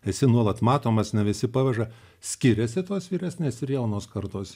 esi nuolat matomas ne visi paveža skiriasi tos vyresnės ir jaunos kartos